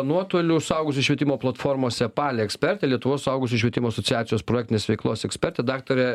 nuotoliu suaugusiųjų švietimo platformos epale ekspertė lietuvos suaugusiųjų švietimo asociacijos projektinės veiklos ekspertė daktarė